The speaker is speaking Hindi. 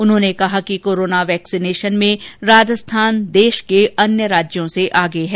उन्होने कहा कि कोरोना वैक्सीनेशन में राजस्थान देश के अन्य राज्यों से आगे है